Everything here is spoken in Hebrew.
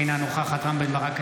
אינה נוכחת רם בן ברק,